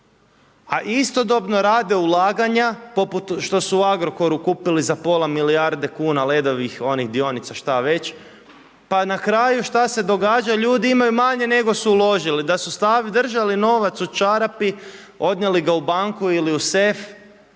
a istodobno rade ulaganja poput što su u Agrokoru kupili za pola milijarde kuna Ledovih onih dionica, šta već pa na kraju šta se događa? ljudi imaju manje nego su uložili. Da su držali novac u čarapi odnijeli ga u banku ili u sef,